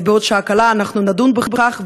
בעוד שעה קלה אנחנו נדון בכך,